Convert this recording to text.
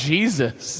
Jesus